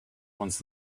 once